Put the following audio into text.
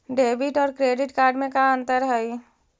Debit और credit card में का अंतर हइ?